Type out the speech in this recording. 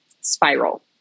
spiral